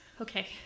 Okay